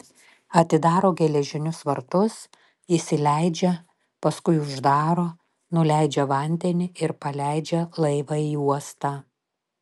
atidaro geležinius vartus įsileidžia paskui uždaro nuleidžia vandenį ir paleidžia laivą į uostą